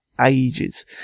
ages